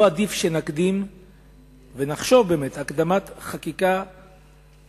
לא עדיף שנקדים ונחשוב באמת על הקדמת חקיקה מניעתית,